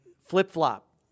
flip-flop